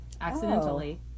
accidentally